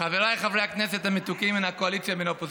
חבריי חברי הכנסת המתוקים מן הקואליציה ומן האופוזיציה,